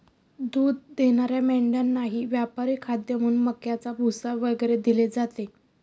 दूध देणाऱ्या मेंढ्यांनाही व्यापारी खाद्य म्हणून मक्याचा भुसा वगैरे दिले जाते